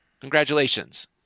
Congratulations